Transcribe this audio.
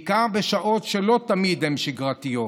בעיקר בשעות שהן לא תמיד שגרתיות.